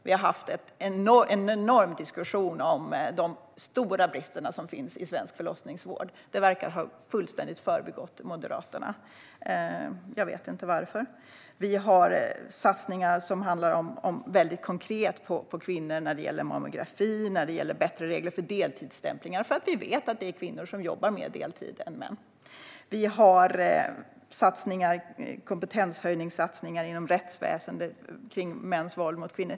Vi har haft en enorm diskussion om de stora brister som finns i svensk förlossningsvård. Det verkar helt ha förbigått Moderaterna. Jag vet inte varför. Vi har satsningar som handlar mycket konkret om kvinnor. Det gäller mammografi och bättre regler för deltidsstämpling. Vi vet nämligen att kvinnor jobbar mer deltid än män. Vi har satsningar på kompetenshöjning inom rättsväsendet när det gäller mäns våld mot kvinnor.